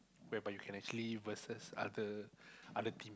whereby you can actually versus other other team